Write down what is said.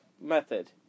method